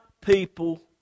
people